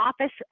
office